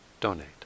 donate